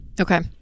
okay